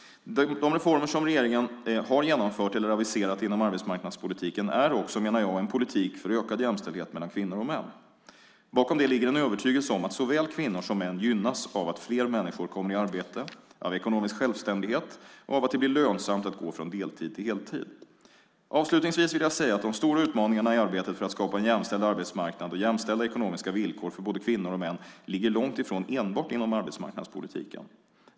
De reformer som regeringen har genomfört eller aviserat inom arbetsmarknadspolitiken är också, menar jag, en politik för ökad jämställdhet mellan kvinnor och män. Bakom det ligger en övertygelse om att såväl kvinnor som män gynnas av att fler människor kommer i arbete, av ekonomisk självständighet och av att det blir lönsamt att gå från deltid till heltid. Avslutningsvis vill jag säga att de stora utmaningarna i arbetet för att skapa en jämställd arbetsmarknad och jämställda ekonomiska villkor för både kvinnor och män ligger långt ifrån enbart inom arbetsmarknadspolitiken.